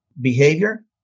behavior